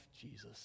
Jesus